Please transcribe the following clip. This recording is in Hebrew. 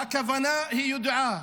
והכוונה היא ידועה.